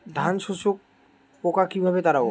ধানে শোষক পোকা কিভাবে তাড়াব?